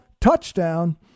touchdown